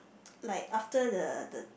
like after the the the